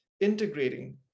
integrating